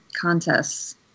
contests